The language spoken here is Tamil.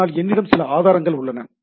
அதனால் என்னிடம் சில ஆதாரங்கள் உள்ளன